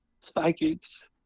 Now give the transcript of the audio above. psychics